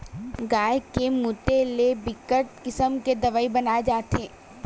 गाय के मूते ले बिकट किसम के दवई बनाए जाथे